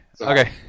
Okay